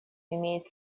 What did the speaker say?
имеет